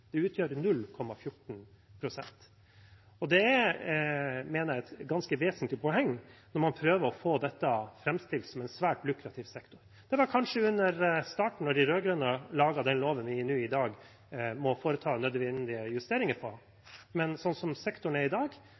Det utgjør 0,14 pst, og det mener jeg er et ganske vesentlig poeng når man prøver å framstille dette som en svært lukrativt sektor. Det var den kanskje under starten da de rød-grønne lagde den loven vi nå i dag må foreta nødvendige justeringer i. Men sånn sektoren er i dag,